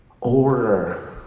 order